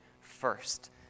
first